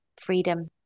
freedom